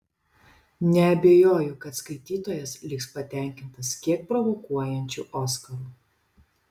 neabejoju kad skaitytojas liks patenkintas kiek provokuojančiu oskaru